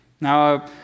Now